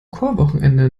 chorwochenende